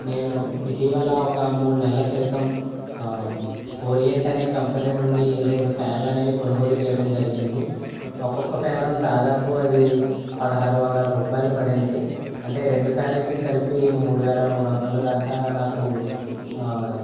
నేను ఇటీవల ఒక మూడు నెలల క్రితం ఓరియంట్ అనే కంపెనీ నుండి రెండు ఫ్యాన్లనేవి కొనుగోలు చేయడం జరిగింది ఒక్కొక్క ఫ్యాను దాదాపు అది పదహారు వందల రూపాయలు పడింది అంటే రెండు ఫ్యాన్లకి కలిపి మూడు వేల మూడు వందల దాకా నాకు